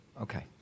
Okay